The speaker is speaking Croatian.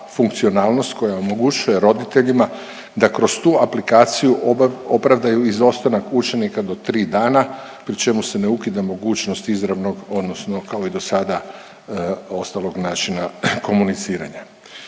funkcionalnost koja omogućuje roditeljima da kroz tu aplikaciju opravdaju izostanak učenika do tri dana, pri čemu se ne ukida mogućnost izravnog odnosno kao i do sada ostalog načina komuniciranja.